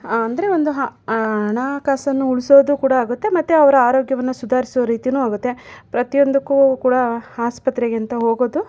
ಅಂದರೆ ಒಂದು ಹಣಕಾಸನ್ನು ಉಳಿಸೋದು ಕೂಡ ಆಗುತ್ತೆ ಮತ್ತು ಅವರ ಆರೋಗ್ಯವನ್ನು ಸುಧಾರಿಸೋ ರೀತಿಯೂ ಆಗುತ್ತೆ ಪ್ರತಿಯೊಂದಕ್ಕೂ ಕೂಡ ಆಸ್ಪತ್ರೆಗೆ ಅಂತ ಹೋಗೋದು